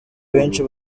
benshi